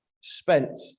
spent